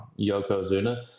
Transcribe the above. Yokozuna